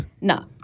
No